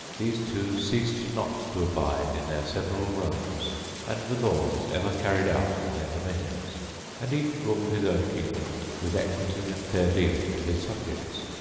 these two ceased not to abide in their several realms and the law was ever carried out in their dominions and each ruled his own kingdom, with equity and fair dealing to his subjects,